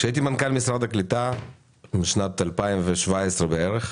כשהייתי מנכ"ל משרד הקליטה בשנת 2017 בערך,